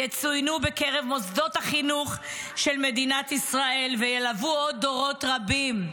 יצוינו בקרב מוסדות החינוך של מדינת ישראל וילוו עוד דורות רבים.